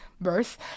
birth